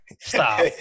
Stop